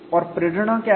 और प्रेरणा क्या है